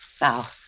Now